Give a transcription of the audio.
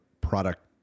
product